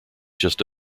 just